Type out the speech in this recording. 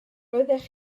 roeddech